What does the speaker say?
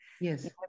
Yes